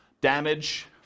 Damage